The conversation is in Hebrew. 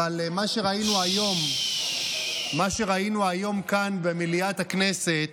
אבל מה שראינו היום כאן במליאת הכנסת,